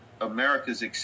America's